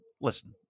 Listen